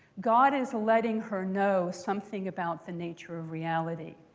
god is letting her know something about the nature of reality.